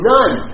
None